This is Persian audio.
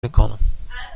میکنم